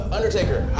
Undertaker